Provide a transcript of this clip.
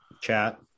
chat